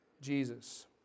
Jesus